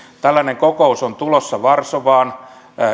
tällainen kokous on tulossa varsovaan